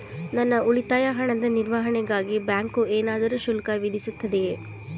ನನ್ನ ಉಳಿತಾಯ ಹಣದ ನಿರ್ವಹಣೆಗಾಗಿ ಬ್ಯಾಂಕು ಏನಾದರೂ ಶುಲ್ಕ ವಿಧಿಸುತ್ತದೆಯೇ?